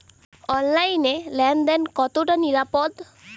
অনলাইনে লেন দেন কতটা নিরাপদ?